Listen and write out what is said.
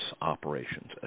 operations